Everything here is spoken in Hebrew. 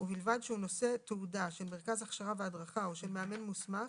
ובלבד שהוא נושא תעודה של מרכז הכשרה והדרכה או של מאמן מוסמך